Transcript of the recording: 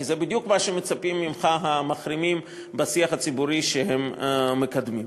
כי זה בדיוק מה שמצפים ממך המחרימים בשיח הציבורי שהם מקדמים.